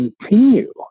continue